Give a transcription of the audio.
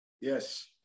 Yes